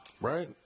right